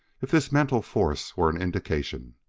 if this mental force were an indication.